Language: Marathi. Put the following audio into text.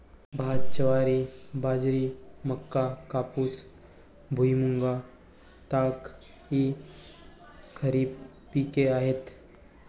भात, ज्वारी, बाजरी, मका, कापूस, भुईमूग, ताग इ खरीप पिके आहेत